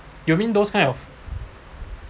you mean those kind of